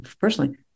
personally